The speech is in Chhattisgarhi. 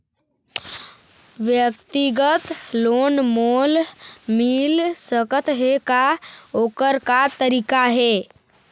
व्यक्तिगत लोन मोल मिल सकत हे का, ओकर का तरीका हे?